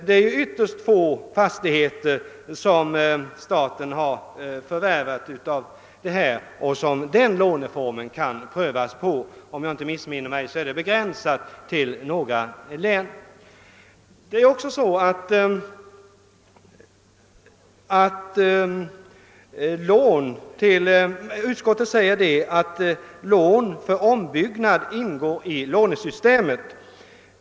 Det är ju ytterst få fastigheter av detta slag som staten har förvärvat och som låneformen kan prövas på. Om jag inte missminner mig är möjligheterna härvidlag begränsade till några få län. Utskottet skriver vidare att lån för ombyggnad ingår i lånesystemet.